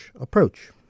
approach